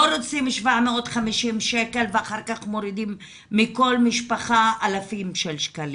לא רוצים 750 שקל ואחר כך מורידים מכל משפחה אלפים של שקלים.